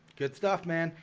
good stuff, man,